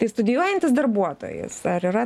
tai studijuojantis darbuotojas ar yra